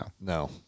No